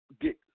get